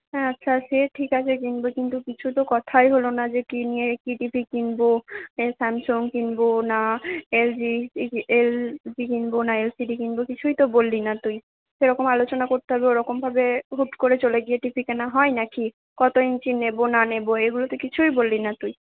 হ্যাঁ আচ্ছা সে ঠিক আছে কিনব কিন্তু কিছু তো কথাই হলো না যে কী নিয়ে কী টি ভি কিনব স্যামসং কিনব না এল জি এল ডি কিনব না এল সি ডি কিনব কিছুই তো বললি না তুই সেরকম আলোচনা করতে হবে ওরকমভাবে হুট করে চলে গিয়ে টি ভি কেনা হয় নাকি কতো ইঞ্চির নেব না নেব এগুলো তো কিছুই বললি না তুই